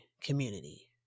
community